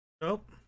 Nope